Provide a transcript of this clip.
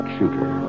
Shooter